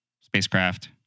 spacecraft